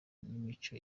n’imico